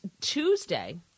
Tuesday